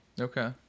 okay